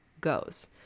goes